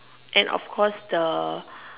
and of course the